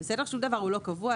--- שום דבר הוא לא קבוע.